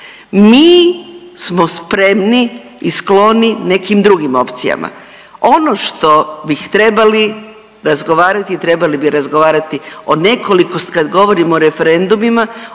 Mi smo spremni i skloni nekim drugim opcijama. Ono što bih trebali razgovarati, trebali bi razgovarati o nekoliko, kad govorimo o referendumima,